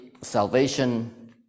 salvation